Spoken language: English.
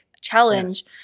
challenge